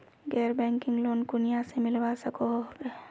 गैर banking loan कुनियाँ से मिलवा सकोहो होबे?